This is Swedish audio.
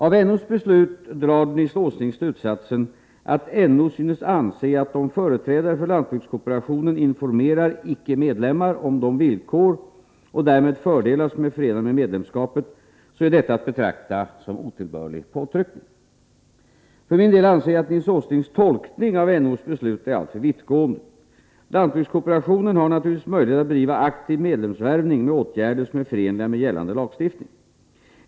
Av NO:s beslut drar Nils Åsling slutsatsen att NO synes anse att om företrädare för lantbrukskooperationen informerar icke medlemmar om de villkor och därmed fördelar som är förenade med medlemskapet så är detta att betrakta som otillbörlig påtryckning. För min del anser jag att Nils Åslings tolkning av NO:s beslut är alltför vittgående. Lantbrukskooperationen har naturligtvis möjlighet att bedriva aktiv medlemsvärvning med åtgärder som är förenliga med gällande lagstiftning.